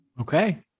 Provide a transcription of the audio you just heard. Okay